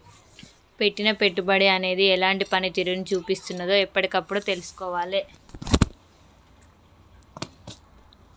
పెట్టిన పెట్టుబడి అనేది ఎలాంటి పనితీరును చూపిస్తున్నదో ఎప్పటికప్పుడు తెల్సుకోవాలే